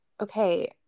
okay